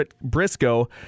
briscoe